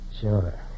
Sure